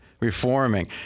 Reforming